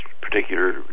particular